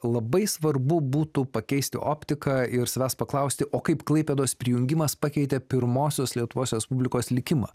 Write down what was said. labai svarbu būtų pakeisti optiką ir savęs paklausti o kaip klaipėdos prijungimas pakeitė pirmosios lietuvos respublikos likimą